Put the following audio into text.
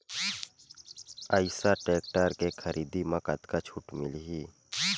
Eicher tractor के खरीदी म कतका छूट मिलही?